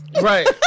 Right